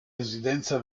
residenza